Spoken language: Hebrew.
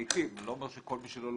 אני לא אומר שכל מי שלא למד,